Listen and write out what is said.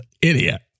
idiot